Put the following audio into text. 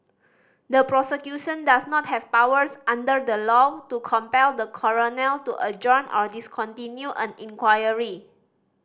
the prosecution does not have powers under the law to compel the coroner to adjourn or discontinue an inquiry